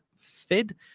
Fid